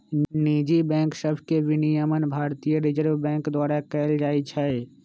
निजी बैंक सभके विनियमन भारतीय रिजर्व बैंक द्वारा कएल जाइ छइ